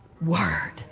word